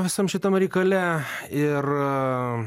visam šitam reikale ir